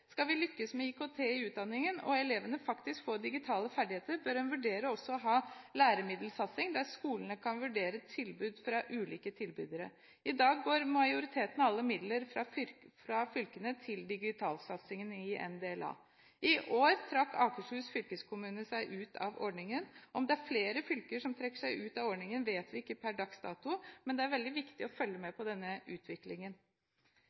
Skal vi lykkes med IKT i utdanningen, og elevene faktisk få digitale ferdigheter, bør en vurdere å ha også læremiddelsatsing der skolene kan vurdere tilbud fra ulike tilbydere. I dag går majoriteten av alle midler fra fylkene til digitalsatsingen i NDLA. I år trakk Akershus fylkeskommune seg ut av ordningen. Om det er flere fylker som trekker seg ut av ordningen, vet vi ikke per dags dato, men det er veldig viktig å følge med